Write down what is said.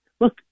look